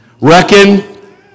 Reckon